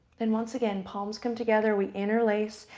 then once again, palms come together. we interlace,